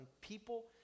people